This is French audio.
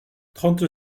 trente